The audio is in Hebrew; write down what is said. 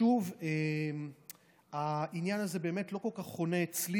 שוב, העניין הזה באמת לא כל כך חונה אצלי.